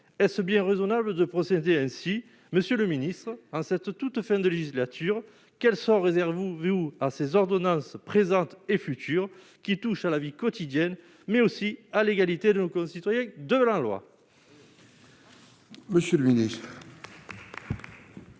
est ce bien raisonnable de procéder ainsi, monsieur le ministre, en cette toute fin de législature, quel sort réserve ou à ces ordonnances présentes et futures, qui touche à la vie quotidienne, mais aussi à l'égalité de nos concitoyens de la loi.